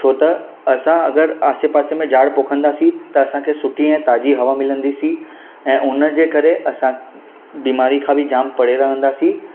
छो त असां अगरि आसे पासे में झाड़ पोखींदासीं त असांखे सुठी ऐं ताज़ी हवा मिलंदीसी ऐं उनजे करे असां बीमारी खां बि जामु परे रहंदासीं